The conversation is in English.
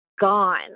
gone